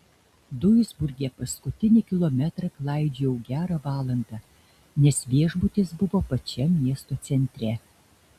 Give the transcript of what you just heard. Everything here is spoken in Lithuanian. duisburge paskutinį kilometrą klaidžiojau gerą valandą nes viešbutis buvo pačiam miesto centre